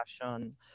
passion